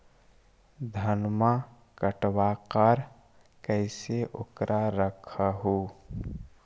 धनमा कटबाकार कैसे उकरा रख हू?